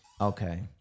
okay